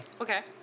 okay